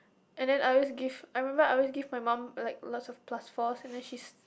and then I always give I remember I always give my mum like lots of plus four and then she's